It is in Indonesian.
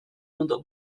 untuk